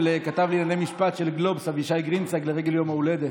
עליזה, בבקשה.